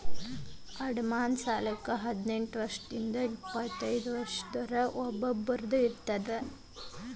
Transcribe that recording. ಅಡಮಾನ ಸಾಲಕ್ಕ ಹದಿನೆಂಟ್ ವರ್ಷದಿಂದ ಎಪ್ಪತೈದ ವರ್ಷದೊರ ಒಬ್ರ ಇಲ್ಲಾ ಜಂಟಿಯಾಗಿ ಅರ್ಜಿ ಸಲ್ಲಸಬೋದು